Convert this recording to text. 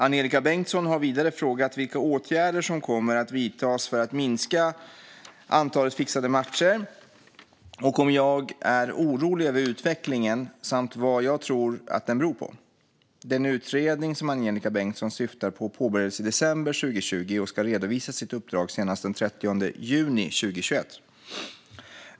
Angelika Bengtsson har vidare frågat vilka åtgärder som kommer att vidtas för att minska antalet fixade matcher och om jag är orolig över utvecklingen samt vad jag tror att den beror på. Den utredning som Angelika Bengtsson syftar på påbörjades i december 2020 och ska redovisa sitt uppdrag senast den 30 juni 2021.